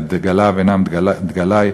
ודגליו אינם דגלי,